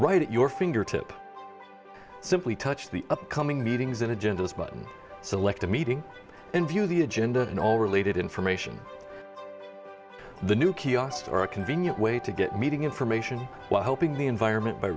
right at your fingertips simply touch the upcoming meetings and agendas button select a meeting and view the agenda in all related information the new kiosks or a convenient way to get meeting information while helping the environment by